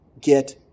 Get